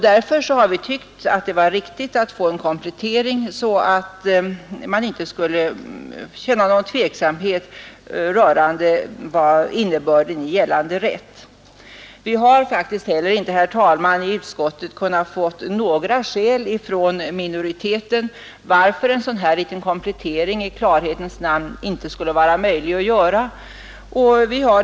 Därför har vi tyckt att det var riktigt att få en komplettering av lagtexten så att man inte skulle känna någon tveksamhet rörande innebörden i gällande rätt. Vi har faktiskt heller inte, herr talman, i utskottet kunnat få några skäl från minoriteten för att en komplettering i klarhetens namn inte skulle vara möjlig att göra.